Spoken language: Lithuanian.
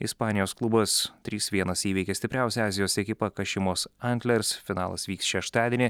ispanijos klubas trys vienas įveikė stipriausią azijos ekipą kašimos antlers finalas vyks šeštadienį